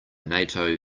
nato